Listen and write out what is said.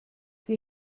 die